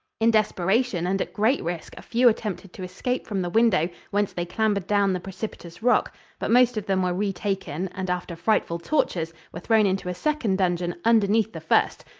in desperation and at great risk, a few attempted to escape from the window, whence they clambered down the precipitous rock but most of them were re-taken, and after frightful tortures were thrown into a second dungeon underneath the first,